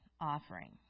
offering